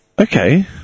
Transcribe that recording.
Okay